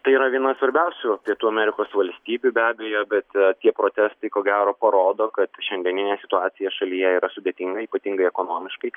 tai yra viena svarbiausių pietų amerikos valstybių be abejo bet tie protestai ko gero parodo kad šiandieninė situacija šalyje yra sudėtinga ypatingai ekonomiškai